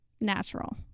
natural